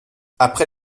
après